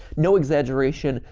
no exaggeration.